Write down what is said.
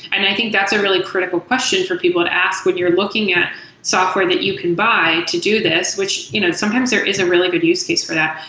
and i think that's a really critical question for people that ask when you're looking at software that you can buy to do this, which you know sometimes there is a really good use case for that.